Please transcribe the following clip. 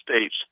States